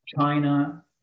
China